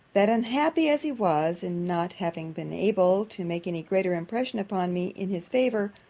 that unhappy as he was, in not having been able to make any greater impression upon me in his favour,